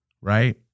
right